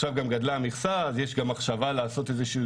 עכשיו גם גדלה המכסה אז יש גם מחשבה על לעשות איזשהו